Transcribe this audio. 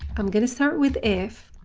i'm going to start with if,